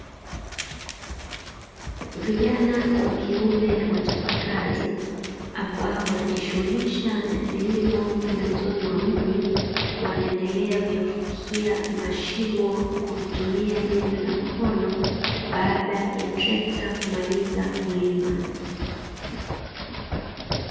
Vijana wa kiume wachapakazi, ambao wanajishughulisha na kilimo pembezoni mwa mji, wanaendelea kuyafukia mashimo kwa kutumia jembe la mkono baada ya trekta kumaliza kulima.